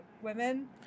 women